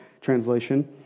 translation